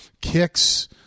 kicks